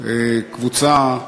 קבוצה,